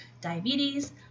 diabetes